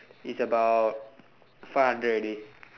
is about five hundred already